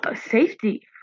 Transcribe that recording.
safety